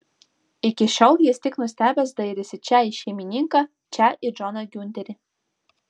iki šiol jis tik nustebęs dairėsi čia į šeimininką čia į džoną giunterį